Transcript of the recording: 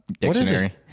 dictionary